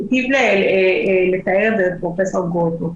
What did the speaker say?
שהטיב לתאר פרופ' גרוטו.